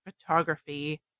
photography